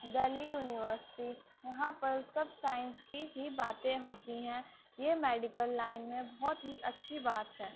Delhi university یہاں پر سب سائنس کی ہی باتیں ہوتی ہیں یہ میڈیکل لائن میں بہت ہی اچھی بات ہے